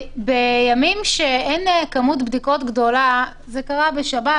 בימים שאין בהם כמות בדיקות גדולה זה קרה בשבת,